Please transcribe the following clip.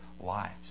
lives